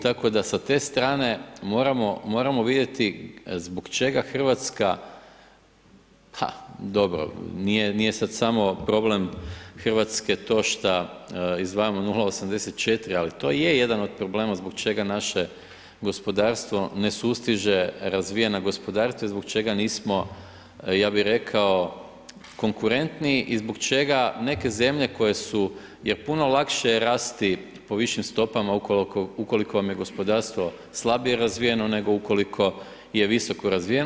Tako da sa ste strane moramo vidjeti zbog čega Hrvatska ha dobro, nije sada samo problem Hrvatske to šta izdvajamo 0,84, ali to je jedan od problema zbog čega naše gospodarstvo ne sustiže razvijena gospodarstva i zbog čega nismo konkurentniji i zbog čega neke zemlje koje su je puno lakše je rasti po višim stopama ukoliko vam je gospodarstvo slabije razvijeno nego ukoliko je visoko razvijeno.